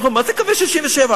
מה זה קווי 67'?